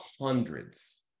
hundreds